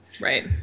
Right